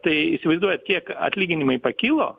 tai įsivaizduoju kiek atlyginimai pakilo